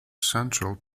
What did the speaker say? central